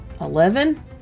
Eleven